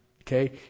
Okay